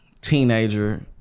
teenager